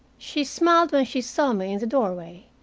she smiled when she saw me in the doorway,